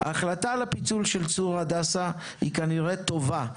ההחלטה על הפיצול של צור הדסה היא כנראה טובה.